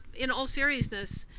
in all seriousness,